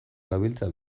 gabiltza